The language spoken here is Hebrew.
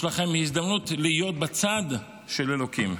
יש לכן הזדמנות להיות בצד של אלוקים.